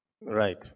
Right